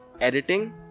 editing